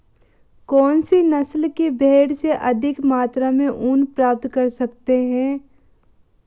कौनसी नस्ल की भेड़ से अधिक मात्रा में ऊन प्राप्त कर सकते हैं?